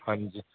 ਹਾਂਜੀ